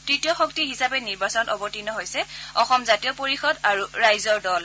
তৃতীয় শক্তি হিচাপে নিৰ্বাচনত অৱতীৰ্ণ হৈছে অসম জাতীয় পৰিষদ আৰু ৰাইজৰ দল